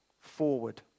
forward